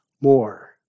more